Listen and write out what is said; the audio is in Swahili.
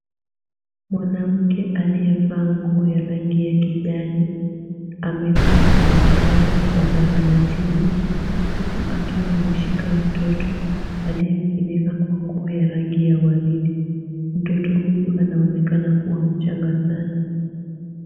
Mwanamke aliyevaa nguo ya rangi ya kijani, amekaa kwenye kitanda cha zahanatini huku akiwa ameshika mtoto aliyejifunika kwa nguo ya rangi ya waridi. Mtoto huyu anaonekana kuwa mchanga sana.